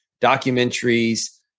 documentaries